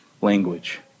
language